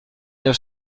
neuf